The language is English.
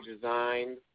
designed